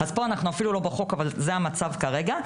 אז פה אנחנו אפילו לא בחוק, אבל זה המצב כרגע.